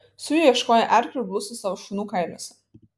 su juo ieškojo erkių ir blusų savo šunų kailiuose